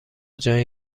جایی